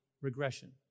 regression